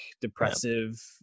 depressive